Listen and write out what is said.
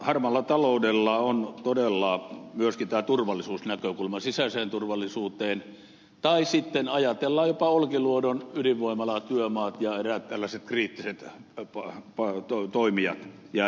harmaalla taloudella on todella myöskin tämä turvallisuusnäkökulma sisäiseen turvallisuuteen tai sitten ajatellaan jopa olkiluodon ydinvoimalatyömaahan ja eräisiin tällaisiin kriittisiin toimijoihin ja rakennuskohteisiin